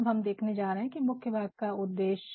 अब देखने जा रहे है बॉडी का उद्देश्य